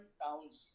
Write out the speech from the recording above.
towns